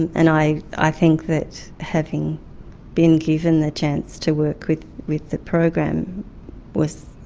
and i i think that having been given the chance to work with with the program was.